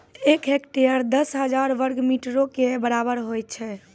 एक हेक्टेयर, दस हजार वर्ग मीटरो के बराबर होय छै